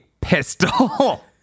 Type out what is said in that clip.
pistol